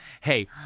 hey